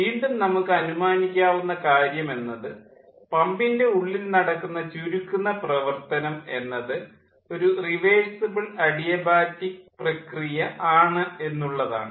വീണ്ടും നമുക്ക് അനുമാനിക്കാവുന്ന കാര്യം എന്നത് പമ്പിൻ്റെ ഉള്ളിൽ നടക്കുന്ന ചുരുക്കുന്ന പ്രവർത്തനം എന്നത് ഒരു റിവേഴ്സിബിൾ അഡിയ ബാറ്റിക് പ്രകിയ ആണ് എന്നുള്ളതാണ്